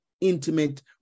intimate